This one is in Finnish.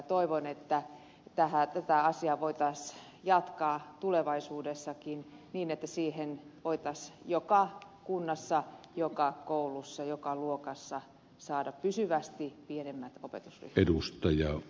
toivon että tätä asiaa voitaisiin jatkaa tulevaisuudessakin niin että voitaisiin joka kunnassa joka koulussa joka luokassa saada pysyvästi pienemmät opetusryhmät